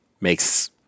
makes